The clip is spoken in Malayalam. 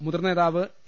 മുതിർന്ന നേതാവ് എ